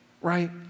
right